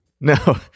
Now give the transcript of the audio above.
No